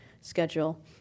schedule